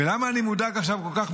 ולמה אני כל כך מודאג עכשיו מהצפון?